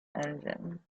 engine